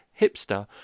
hipster